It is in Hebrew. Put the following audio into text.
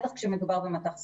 בטח כשמדובר במט"ח סיוע.